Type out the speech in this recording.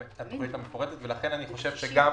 לכן ציינו גם